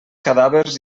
cadàvers